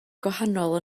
gwahanol